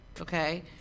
okay